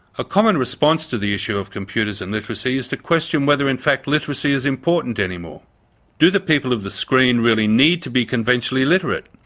a common response to the issue of computers and literacy is to question whether in fact literacy is important anymore do the people of the screen really need to be conventionally literate?